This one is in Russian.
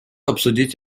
обсудить